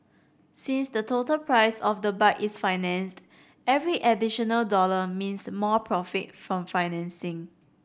since the total price of the bike is financed every additional dollar means more profit from financing